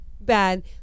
bad